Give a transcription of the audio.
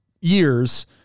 Years